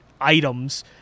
items